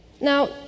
Now